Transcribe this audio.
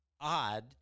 odd